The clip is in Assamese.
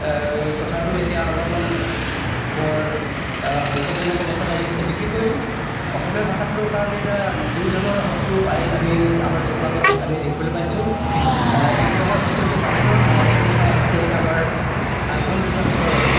কথাটো এতিয়া অলপমান বৰ সংকটজনক অৱস্থাত আহি আছে বিশেষকৈ অসমীয়া ভাষাটোৰ কাৰণে এতিয়া দুই ধৰণৰ শত্ৰু আহি আমি আমাৰ চকুৰ আগত আমি দেখিবলৈ পাইছোঁ একপ্ৰকাৰ শত্ৰু হৈছে বাহিৰৰ আৰু একপ্ৰকাৰ শত্ৰু হৈছে আমাৰ আভ্যন্তৰীণ বা ভিতৰৰ